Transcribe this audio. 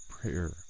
prayer